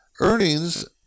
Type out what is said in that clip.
Earnings